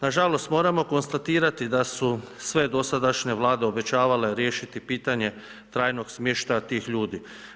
Nažalost moramo konstatirati da su sve dosadašnje vlade obećavale riješiti pitanje trajnog smještaja tih ljudi.